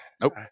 Nope